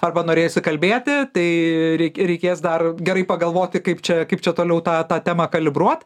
arba norėjosi kalbėti tai reik reikės dar gerai pagalvoti kaip čia kaip čia toliau tą tą temą kalibruot